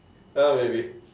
uh maybe